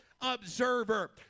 observer